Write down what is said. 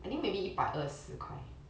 I think maybe 一百二十块